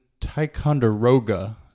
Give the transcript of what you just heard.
ticonderoga